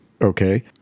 Okay